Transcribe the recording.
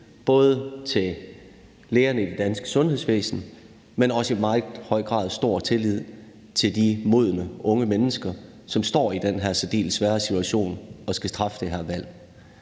både til lægerne i det danske sundhedsvæsen, men også i meget høj grad stor tillid til de modne unge mennesker, som står i den her særdeles svære situation og skal træffe det her valg.